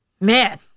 man